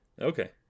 okay